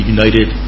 united